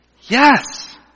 yes